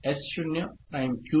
S0